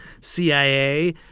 CIA